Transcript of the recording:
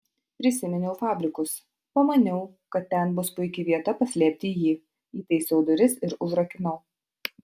prisiminiau fabrikus pamaniau kad ten bus puiki vieta paslėpti jį įtaisiau duris ir užrakinau